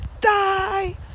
die